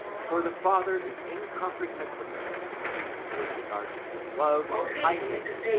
for the father is incomprehensible but in regard to his love, and kindness,